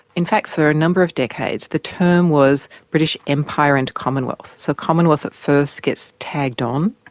in fact for a number of decades the term was british empire and commonwealth, so commonwealth at first gets tagged on.